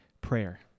Prayer